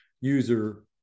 user